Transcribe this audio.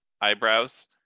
eyebrows